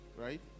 right